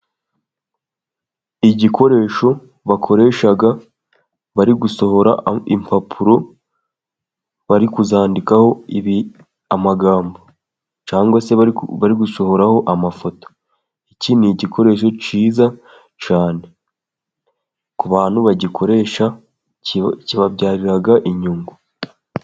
Igikoresho bakoresha bari gusohora impapuro, bari kuzandikaho amagambo, cyangwase bari gusohora amafoto, iki ni igikoresho cyiza cyane , ku bantu bagikoresha kibabyariraga inyungu.